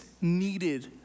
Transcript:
needed